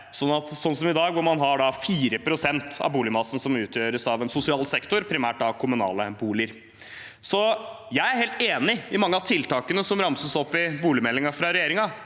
være som i dag, hvor 4 pst. av boligmassen utgjøres av en sosial sektor, primært kommunale boliger. Jeg er helt enig i mange av tiltakene som ramses opp i boligmeldingen fra regjeringen.